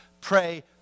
pray